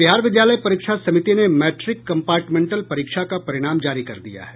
बिहार विद्यालय परीक्षा समिति ने मैट्रिक कम्पार्टमेंटल परीक्षा का परिणाम जारी कर दिया है